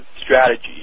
strategy